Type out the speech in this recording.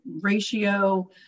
ratio